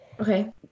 Okay